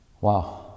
Wow